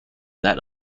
that